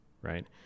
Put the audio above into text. right